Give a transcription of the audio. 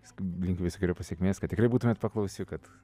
linkiu visokeriopos sėkmės kad tikrai būtumėt paklausiu kad